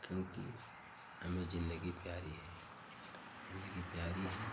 क्योंकि हमें ज़िंदगी प्यारी है ज़िंदगी प्यारी है